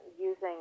using